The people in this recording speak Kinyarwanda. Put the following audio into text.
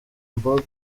mbogo